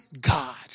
God